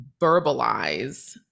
verbalize